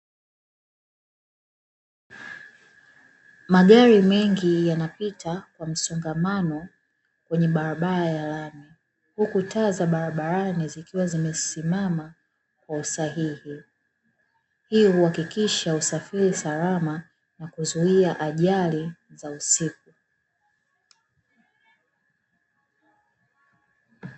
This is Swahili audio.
Magari mengi yanapita kwa msongamano kwenye barabara ya lami huku taa za barabarani zikiwa zimesimama kwa usahihi, hii huakikisha usafiri salama na kuzuia ajali za usiku.